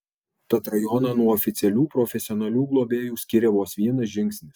tad rajoną nuo oficialių profesionalių globėjų skiria vos vienas žingsnis